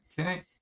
Okay